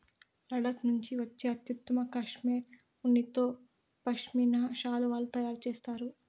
లడఖ్ నుండి వచ్చే అత్యుత్తమ కష్మెరె ఉన్నితో పష్మినా శాలువాలు తయారు చేస్తారు